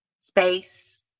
space